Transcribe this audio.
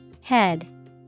head